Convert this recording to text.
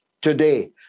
today